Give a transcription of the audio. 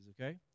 okay